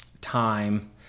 time